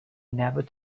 never